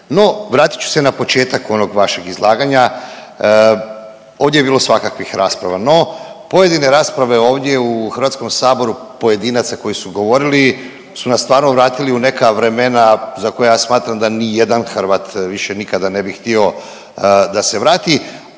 No vratit ću se na početak onog vašeg izlaganja. Ovdje je bilo svakakvih rasprava, no pojedine rasprave ovdje u HS-u pojedinaca koji su govorili su nas stvarno vratili u neka vremena za koja smatram da nijedan Hrvat više nikada ne bi htio da se vrati,